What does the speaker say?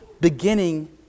beginning